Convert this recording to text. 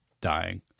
dying